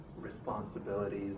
responsibilities